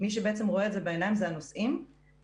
מי שבעצם רואה את זה בעיניים זה הנוסעים והחברות,